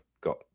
got